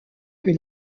que